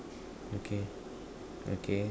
okay okay